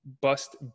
bust